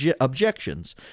objections